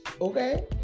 Okay